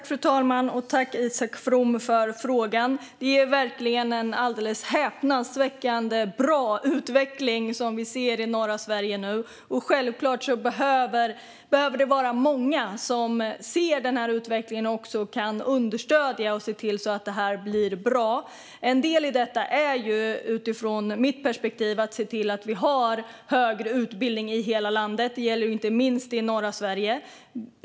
Fru talman! Tack, Isak From, för frågan! Det är verkligen en alldeles häpnadsväckande bra utveckling som vi ser i norra Sverige nu, och självfallet behöver det vara många som ser denna utveckling och kan understödja och se till att den blir bra. En del i detta är, utifrån mitt perspektiv, att se till att vi har högre utbildning i hela landet. Detta gäller inte minst i norra Sverige.